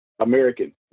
American